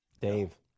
Dave